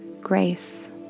Grace